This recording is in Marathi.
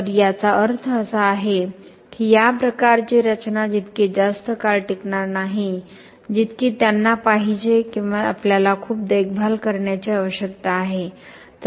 तर याचा अर्थ असा आहे की या प्रकारची रचना तितकी जास्त काळ टिकणार नाही जितकी त्यांना पाहिजे किंवा आपल्याला खूप देखभाल करण्याची आवश्यकता आहे